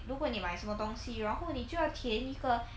如果你买什么东西然后你就要填一个